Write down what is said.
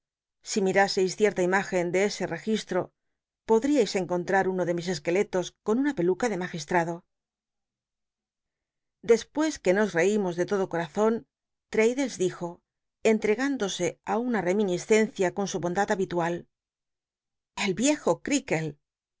si miráseis cierta margen de ese re gistro pod riais encontrar uno de mis esqueletos con una peluca de magistrado dcspues que nos rcimosdc todo corazon l'raddles dijo entrcgtíndose á una reminiscencia con su bondad habitual el iejo